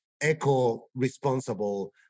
eco-responsible